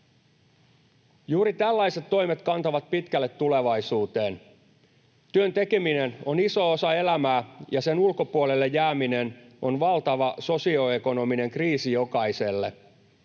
Juuri tällaiset toimet kantavat pitkälle tulevaisuuteen. Työn tekeminen on iso osa elämää, ja sen ulkopuolelle jääminen on valtava sosioekonominen kriisi jokaiselle.